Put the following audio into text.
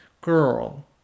girl